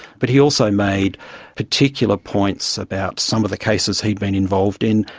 but he also made particular points about some of the cases he'd been involved in,